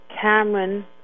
Cameron